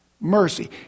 Mercy